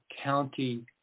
County